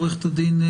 עורכת הדין,